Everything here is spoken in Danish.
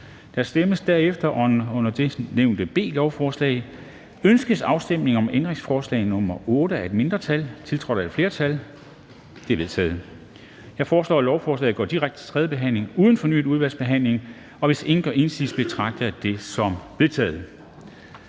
Der stemmes derefter om det under B nævnte lovforslag: Ønskes afstemning om ændringsforslag nr. 8 af et mindretal (NB), tiltrådt af et flertal (det øvrige udvalg)? Det er vedtaget. Jeg foreslår, lovforslagene går direkte til tredje behandling uden fornyet udvalgsbehandling. Hvis ingen gør indsigelse, betragter jeg dette som vedtaget.